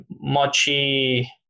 Mochi